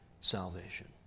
salvation